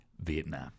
Vietnam